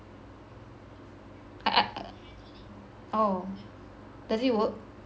but I~ oh does it work